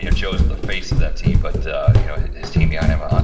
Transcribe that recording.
you know joe's the face of that team but you know, his team behind him, ah